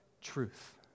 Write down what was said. truth